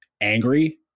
angry